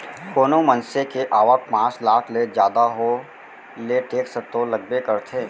कोनो मनसे के आवक पॉच लाख ले जादा हो ले टेक्स तो लगबे करथे